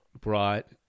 brought